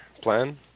plan